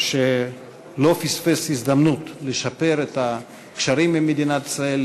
שלא פספס הזדמנות לשפר את הקשרים עם מדינת ישראל,